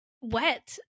wet